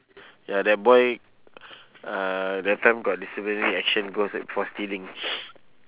ya that boy uh that time got disciplinary action go se~ for stealing